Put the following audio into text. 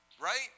Right